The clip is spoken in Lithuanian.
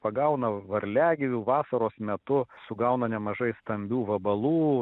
pagauna varliagyvių vasaros metu sugauna nemažai stambių vabalų